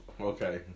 okay